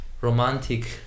romantic